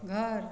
घर